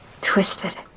twisted